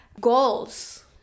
goals